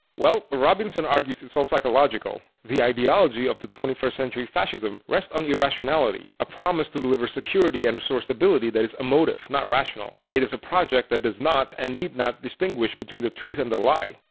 well, robinson argues it's all psychological. the ideology of twenty first century fascism rests on irrationality a promise to deliver security and restore stability that is emotive, not rational. it is a project that does not and need not distinguish between the truth and the lie.